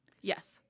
Yes